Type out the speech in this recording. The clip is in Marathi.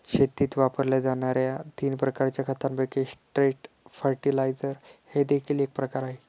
शेतीत वापरल्या जाणार्या तीन प्रकारच्या खतांपैकी स्ट्रेट फर्टिलाइजर हे देखील एक प्रकार आहे